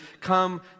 come